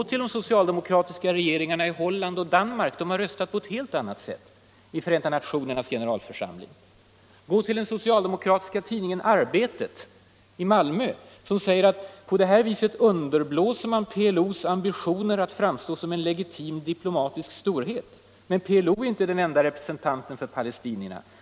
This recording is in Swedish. T. ex. de socialdemokratiska regeringarna i Holland och Danmark har röstat på ett helt annat sätt i Förenta nationernas generalförsamling. Den socialdemokratiska tidningen Arbetet i Malmö säger att på det här viset underblåser man ”PLO:s ambitioner att framstå som en legitim diplomatisk storhet”. Men PLO är inte den ende representanten för palestinierna.